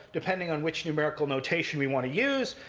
depending on which numerical notation we want to use.